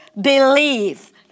believe